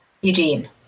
Eugene